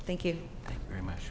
thank you very much